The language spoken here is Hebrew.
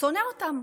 שונא אותם.